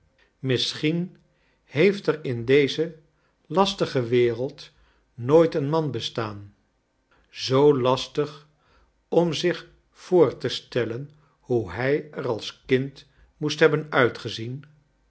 misschien heeft er in deze lastige wereld nooit een man bestaan zoo lastig om zich voor te stellen hoe hij er als kind moest h ebb en uitgezien